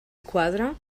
quadra